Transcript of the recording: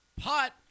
Pot